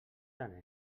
tant